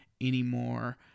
anymore